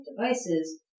devices